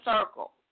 circle